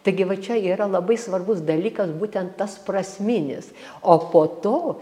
taigi va čia yra labai svarbus dalykas būten tas prasminis o po to